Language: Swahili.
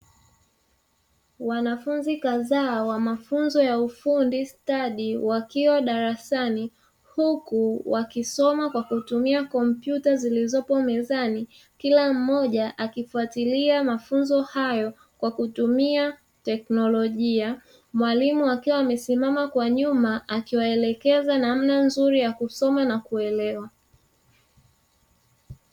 Wanafunzi kadhaa wa mafunzo ya ufundi stadi wakiwa darasani, huku wakisoma kwa kutumia kompyuta zilizopo mezani, kila mmoja akifuatilia mafunzo hayo kwa kutumia teknolojia. Mwalimu akiwa amesimama kwa nyuma akiwaelekeza namna nzuri ya kusoma na kuelewa.